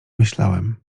myślałem